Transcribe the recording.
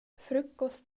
frukost